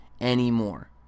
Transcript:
anymore